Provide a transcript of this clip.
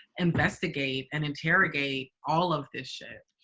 investigate and interrogate all of this shit.